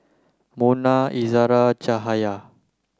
Munah Izzara Cahaya